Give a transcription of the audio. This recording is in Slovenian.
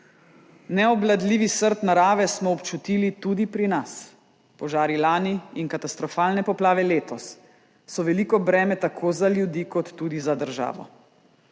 Neobvladljivi srd narave smo občutili tudi pri nas. Požari lani in katastrofalne poplave letos so veliko breme tako za ljudi kot tudi za državo.